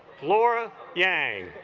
flora yang